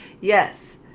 yes